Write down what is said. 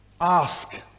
ask